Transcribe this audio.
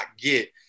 get